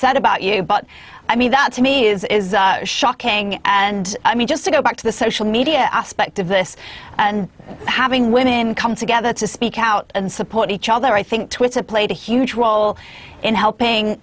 said about you but i mean that to me is shocking and i mean just to go back to the social media aspect of this and having women come together to speak out and support each other i think twitter played a huge role in helping